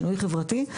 שינוי חברתי.